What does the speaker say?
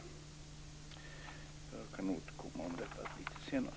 Jag kan återkomma om detta litet senare.